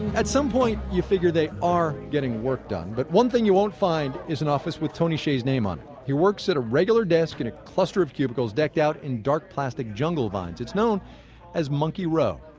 at some point, you figure they are getting work done. but one thing you won't find is an office with tony hsieh's name on it. he works at a regular desk in a cluster of cubicles decked out in dark plastic jungle vines. it's known as monkey row.